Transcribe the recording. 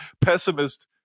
pessimist